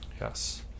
Yes